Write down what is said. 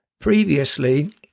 Previously